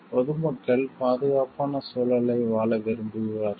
பொது மக்கள் பாதுகாப்பான சூழலை வாழ விரும்புவார்கள்